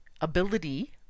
ability